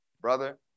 brother